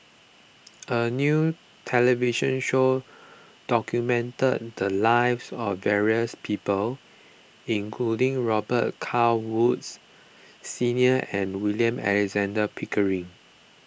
a new television show documented the lives of various people including Robet Carr Woods Senior and William Alexander Pickering